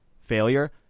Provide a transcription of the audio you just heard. failure